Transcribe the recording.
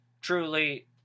truly